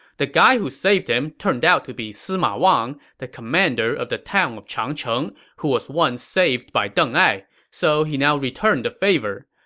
the guy who saved him turned out to be sima wang, the commander of the town of changcheng who was once saved by deng ai. so he now returned the favor.